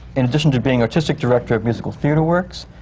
in addition to being artistic director of musical theatre works,